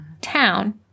Town